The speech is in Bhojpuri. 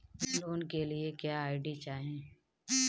लोन के लिए क्या आई.डी चाही?